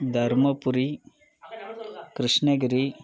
Dharmapuri Krishnagiri